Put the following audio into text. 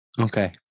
Okay